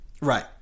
Right